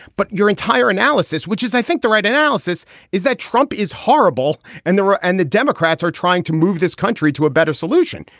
but your entire analysis which is i think the right analysis is that trump is horrible and there were and the democrats are trying to move this country to a better solution.